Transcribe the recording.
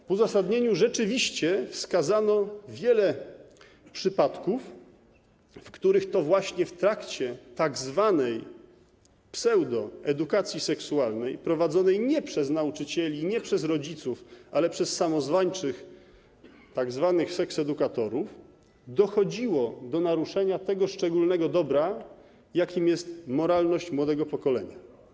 W uzasadnieniu rzeczywiście wskazano wiele przypadków, w których to właśnie w trakcie tzw. pseudoedukacji seksualnej prowadzonej nie przez nauczycieli, nie przez rodziców, ale przez samozwańczych tzw. seksedukatorów dochodziło do naruszenia tego szczególnego dobra, jakim jest moralność młodego pokolenia.